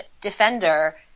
defender